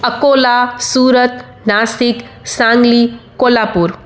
Akola Surat Nashik Sangli Kolhapur